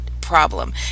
problem